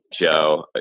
Joe